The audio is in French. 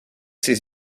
ses